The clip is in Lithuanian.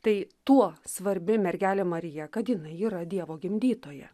tai tuo svarbi mergelė marija kad jinai yra dievo gimdytoja